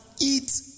eat